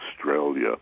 Australia